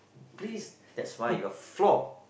please that's why you're flop